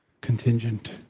contingent